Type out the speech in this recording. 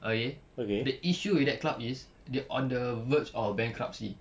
okay the issue with that club is they on the verge of bankruptcy